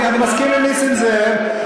אני מסכים עם נסים זאב.